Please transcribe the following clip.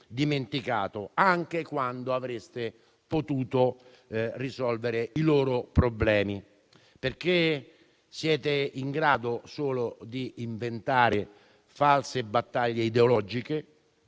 dimenticato, anche quando avreste potuto risolvere i loro problemi. Siete in grado solo di inventare false battaglie ideologiche